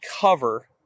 cover